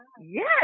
Yes